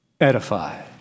edify